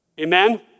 Amen